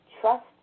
Trust